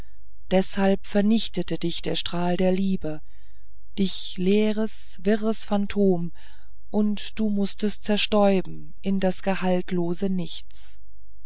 deshalb vernichtete dich der strahl der liebe dich leeres wirres phantom und du mußtest zerstäuben in das gehaltlose nichts